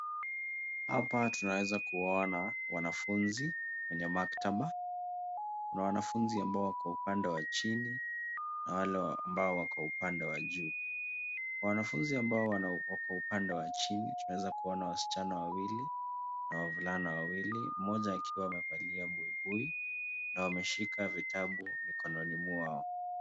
Hapa tunaweza kuona wanafunzi wenye maktaba. Kuna wanafunzi ambao wako upande wa chini na wale ambao wako upande wa juu. Wanafunzi ambao wako upande wa chini, tunaweza kuona wasichana wawili na wavulana wawili, mmoja akiwa amevalia buibui na wameshika vitabu mikononi mwao.